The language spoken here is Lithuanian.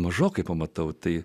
mažokai pamatau tai